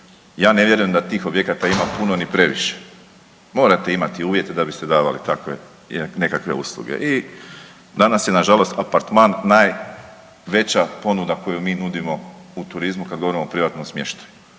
ja ne vjerujem da tih objekata ima puno ni previše. Morate imati uvjete da biste davali takve nekakve usluge. I danas je nažalost apartman najveća ponuda koju mi nudimo u turizmu kada govorimo o privatnom smještaju.